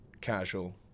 casual